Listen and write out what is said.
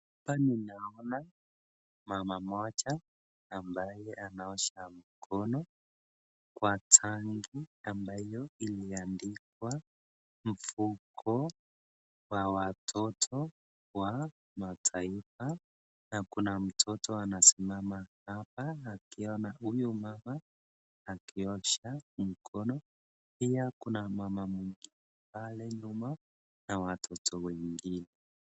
Hapa ninaona mama mmoja ambaye anaosha mkono kwa tanki ambayo iliandikwa mfuko wa watoto wa mataifa na kuna mtoto anasimama hapa akiona huyo mama akiosha mkono, pia kuna mama mwengine pale nyuma na watoto wengine.